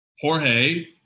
Jorge